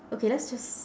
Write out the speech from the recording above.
okay let's just